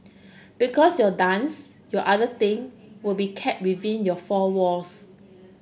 because your dance your other thing will be kept within your four walls